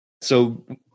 So-